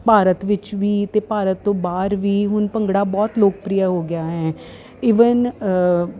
ਭਾਰਤ ਵਿੱਚ ਵੀ ਅਤੇ ਭਾਰਤ ਤੋਂ ਬਾਹਰ ਵੀ ਹੁਣ ਭੰਗੜਾ ਬਹੁਤ ਲੋਕਪ੍ਰੀਯਾ ਹੋ ਗਿਆ ਹੈ ਈਵਨ